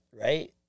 right